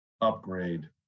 upgrade